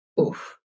Oof